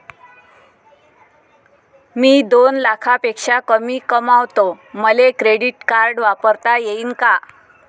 मी दोन लाखापेक्षा कमी कमावतो, मले क्रेडिट कार्ड वापरता येईन का?